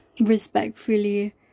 respectfully